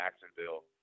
Jacksonville